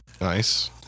Nice